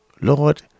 Lord